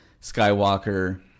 Skywalker